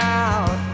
out